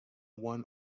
one